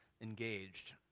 engaged